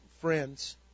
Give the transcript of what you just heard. friends